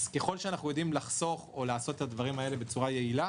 ככל שאנחנו יודעים לחסוך או לעשות את הדברים האלה בצורה יעילה,